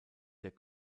der